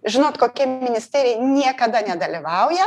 žinot kokia ministerija niekada nedalyvauja